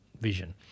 vision